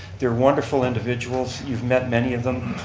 they're wonderful individuals, you've met many of them.